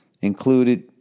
included